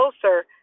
closer